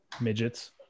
midgets